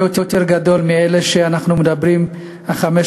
הרבה יותר גדול מזה שאנחנו מדברים עליו,